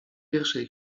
pierwszej